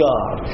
God